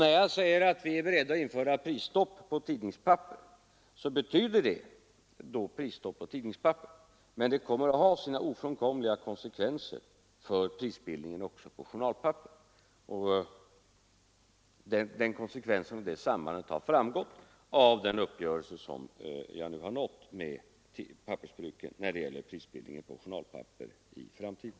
När jag säger att jag är beredd att införa prisstopp på tidningspapper betyder det pristopp på tidningspapper som sådant, men det kommer att ha sina ofrånkomliga konsekvenser på prisbildningen också i vad gäller journalpapper. Det sambandet har framgått av den uppgörelse som jag nu nått med pappersbruken när det gäller prisbildningen på journalpapper i framtiden.